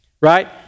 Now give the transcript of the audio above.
right